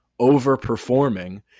overperforming